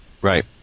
Right